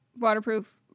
waterproof